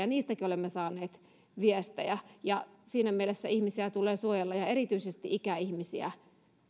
niistäkin olemme saaneet viestejä siinä mielessä ihmisiä tulee suojella erityisesti ikäihmisiä